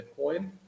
Bitcoin